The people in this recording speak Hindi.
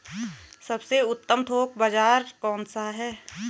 सबसे उत्तम थोक बाज़ार कौन सा है?